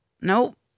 nope